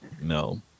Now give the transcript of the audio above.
no